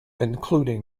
include